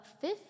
fifth